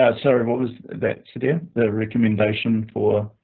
ah sorry, what was that the recommendation for?